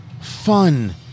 fun